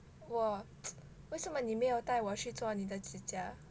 我 为什么你没有带我去做你的指甲